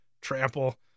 trample